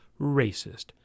racist